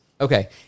Okay